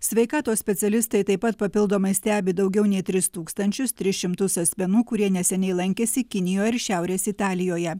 sveikatos specialistai taip pat papildomai stebi daugiau nei tris tūkstančius tris šimtus asmenų kurie neseniai lankėsi kinijoj ir šiaurės italijoje